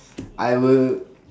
I will